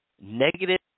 negative